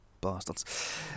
bastards